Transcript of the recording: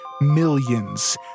millions